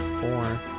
four